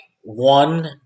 one